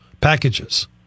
Packages